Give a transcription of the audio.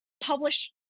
publish